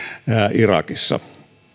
irakissa